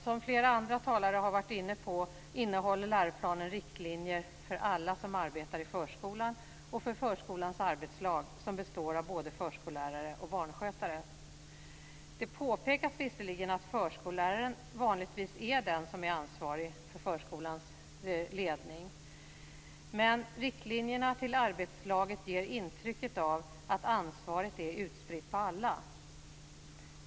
Som flera andra talare har varit inne på innehåller läroplanen riktlinjer för alla som arbetar i förskolan och för förskolans arbetslag, som består av både förskollärare och barnskötare. Det påpekas visserligen att förskolläraren vanligtvis är den som är ansvarig för förskolans ledning. Men riktlinjerna till arbetslaget ger intrycket av att ansvaret är utspritt på alla.